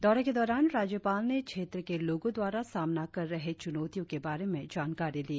दौरे के दौरान राज्यपाल ने क्षेत्र के लोगों द्वारा सामना कर रहे चुनौतियों के बारे में जानकारी ली